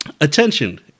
Attention